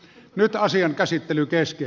nyt asian käsittely kesti